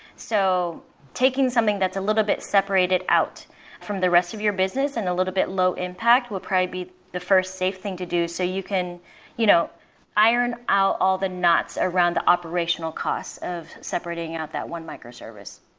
so taking something that's a little bit separated out from the rest of your business in and a little bit low impact will probably be the first safe thing to do. so you can you know iron out all the knots around the operational cost of separating out that one microservice